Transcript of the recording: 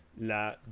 La